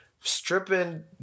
stripping